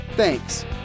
Thanks